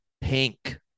pink